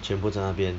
全部在那边